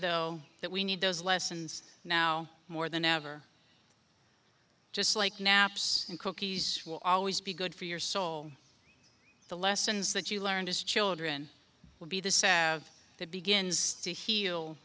though that we need those lessons now more than ever just like naps and cookies will always be good for your soul the lessons that you learned as children will be the sav that begins to heal